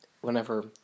whenever